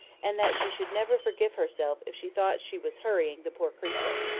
and that she should never forgive herself if she thought she was hurrying the poor creature.